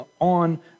on